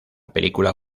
película